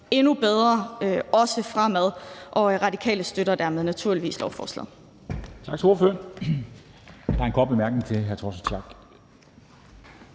endnu bedre også fremover. Radikale støtter dermed naturligvis lovforslaget.